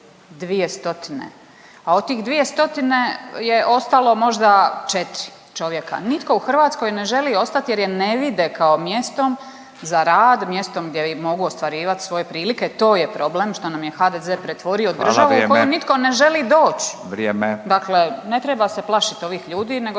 azil? 200, a od tih 200 je ostalo možda 4 čovjeka. Nitko u Hrvatskoj ne želi ostati jer je ne vide kao mjestom za rad, mjestom gdje moru ostvarivati svoje prilike. To je problem što nam je HDZ pretvorio državu u …/Upadica Furio Radin: Hvala, vrijeme./… koju nitko